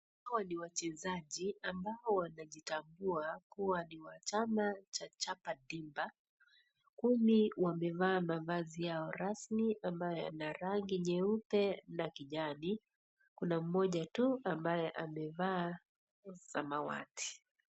Hao ni wachezaji ambao wanajitambua kuwa ni wa chama cha Chapa dimpa. Kumi wamevaa mavazi yao rasmi ambayo ina rangi nyeupe na kijani. Kuna mmoja tu ambaye amevaa samawati.